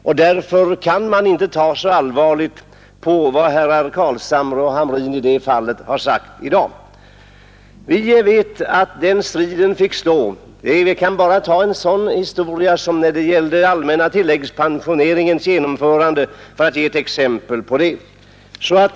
Jag kan bara nämna allmänna tilläggspensioneringens genomförande. Därför kan man inte ta så allvarligt på vad herrar Carlshamre och Hamrin sagt i det avseendet i dag.